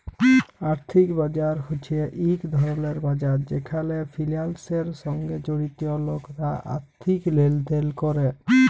আর্থিক বাজার হছে ইক ধরলের বাজার যেখালে ফিলালসের সঙ্গে জড়িত লকরা আথ্থিক লেলদেল ক্যরে